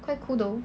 quite cool though